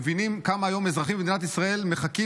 הם מבינים כמה היום אזרחים במדינת ישראל מחכים